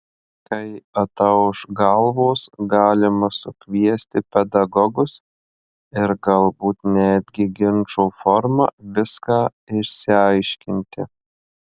kai atauš galvos galima sukviesti pedagogus ir galbūt netgi ginčo forma viską išsiaiškinti